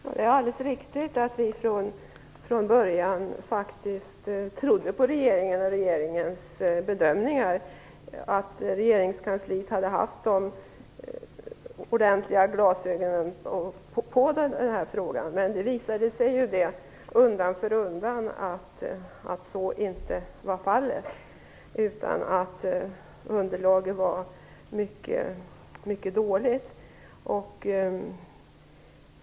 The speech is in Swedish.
Herr talman! Det är alldeles riktigt att vi från början faktiskt trodde på regeringen och regeringens bedömningar. Vi trodde att man hade haft ordentliga glasögon på sig på regeringskansliet när man behandlade den här frågan. Men det visade sig ju undan för undan att så inte var fallet. Underlaget var mycket dåligt.